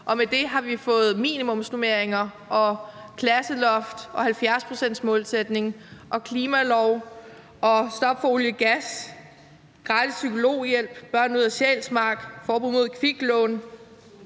Og med det har vi fået minimumsnormeringer og klasseloft og 70-procentsmålsætning og klimalov og stop for olie og gas, gratis psykologhjælp, børnene ud af Sjælsmark, forbud mod kviklån